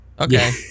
Okay